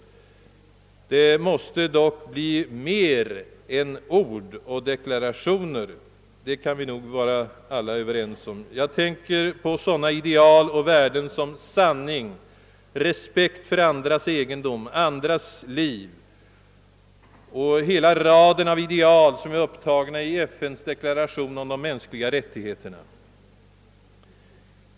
Men att det måste bli mer av dessa värden än bara ord och deklarationer, det kan vi vara överens om. Jag tänker på sådana ideal som sanning, respekt för andras egendom och andras liv och hela raden av ideal som är upptagna i FN:s deklaration om de mänskliga rättigheterna.